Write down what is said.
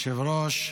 אדוני היושב-ראש,